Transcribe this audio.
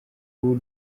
ubu